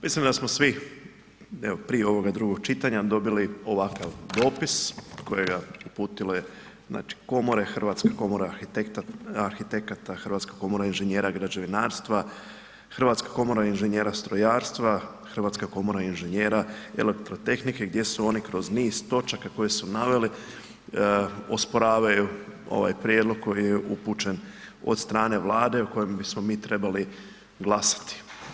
Mislim da smo svi evo prije ovoga drugog čitanja dobili ovakav dopis kojega uputile znači komore, Hrvatska komora arhitekata, Hrvatska komora inženjera građevinarstva, Hrvatska komora inženjera strojarstva, Hrvatska komora inženjera elektrotehnike gdje su oni kroz niz točaka koje su naveli osporavaju ovaj prijedlog koji je upućen od strane Vlade o kojem bismo mi trebali glasati.